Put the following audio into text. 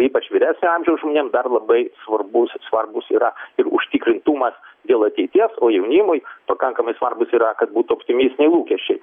ypač vyresnio amžiaus žmonėm dar labai svarbus svarbūs yra ir užtikrintumas dėl ateities o jaunimui pakankamai svarbus yra kad būtų optimistiniai lūkesčiai